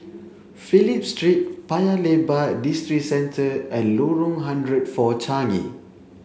Phillip Street Paya Lebar Districentre and Lorong hundred four Changi